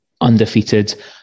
undefeated